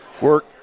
work